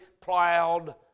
plowed